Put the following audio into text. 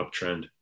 uptrend